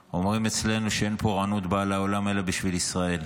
אומרים אצלנו שאין פורענות באה לעולם אלא בשביל ישראל,